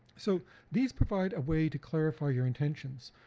so these provide a way to clarify your intentions.